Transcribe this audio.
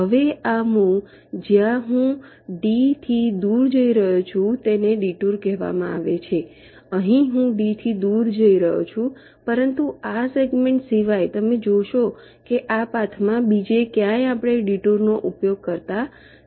હવે આ મૂવ જ્યાં હું D થી દૂર જઈ રહ્યો છું તેને ડિટૂર કહેવામાં આવે છે અહીં હું D થી દૂર જઈ રહ્યો છું પરંતુ આ સેગમેન્ટ સિવાય તમે જોશો કે આ પાથમાં બીજે ક્યાંય આપણે ડિટૂર નો ઉપયોગ કરતા નથી